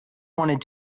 wanted